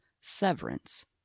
Severance